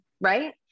Right